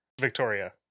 victoria